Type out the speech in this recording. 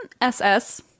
SS